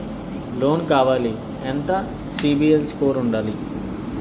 Loan కావాలి ఎంత CIBIL score ఉండాలి?